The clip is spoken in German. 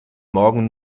morgen